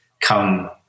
come